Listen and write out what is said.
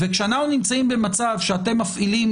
וכשאנחנו נמצאים במצב שאתם מפעילים,